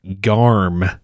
Garm